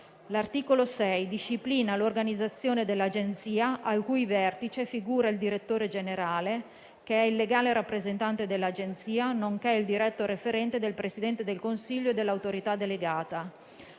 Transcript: L'articolo 6 disciplina l'organizzazione dell'Agenzia, al cui vertice figura il direttore generale, che è il legale rappresentante dell'Agenzia, nonché il diretto referente del Presidente del Consiglio e dell'autorità delegata.